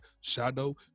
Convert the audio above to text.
shadow